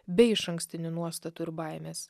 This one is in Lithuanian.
be išankstinių nuostatų ir baimės